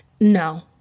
No